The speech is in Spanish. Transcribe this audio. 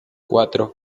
cuatro